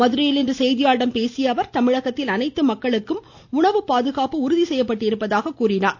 மதுரையில் இன்று செய்தியாளர்களிடம் பேசிய அவர் தமிழகத்தில் அனைத்து மக்களுக்கு உணவு பாதுகாப்பு உறுதி செய்யப்பட்டிருப்பதாக கூறினார்